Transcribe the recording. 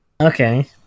okay